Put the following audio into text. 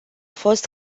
fost